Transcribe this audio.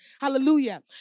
Hallelujah